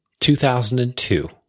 2002